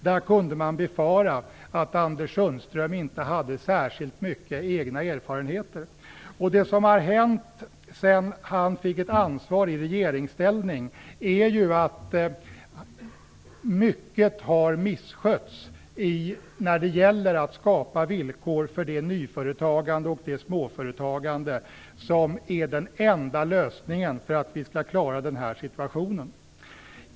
Man kan befara att Anders Sundström inte har särskilt stora egna erfarenheter av detta. Sedan han fick ett ansvar i regeringsställning har mycket misskötts i skapandet av villkor för det ny och småföretagande som är det enda sättet att klara denna situation på.